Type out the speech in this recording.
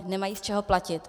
Nemají z čeho platit.